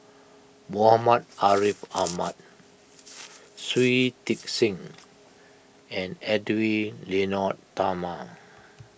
Muhammad Ariff Ahmad Shui Tit Sing and Edwy Lyonet Talma